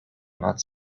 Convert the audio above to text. not